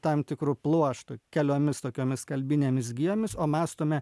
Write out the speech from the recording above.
tam tikru pluoštu keliomis tokiomis kalbinėmis gijomis o mąstome